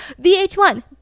VH1